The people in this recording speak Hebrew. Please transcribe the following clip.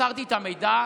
מסרתי את המידע,